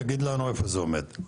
תגיד לנו איפה זה עומד,